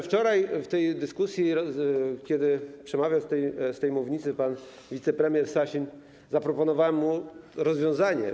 Wczoraj podczas dyskusji, kiedy przemawiał tutaj z tej mównicy pan wicepremier Sasin, zaproponowałem mu rozwiązanie.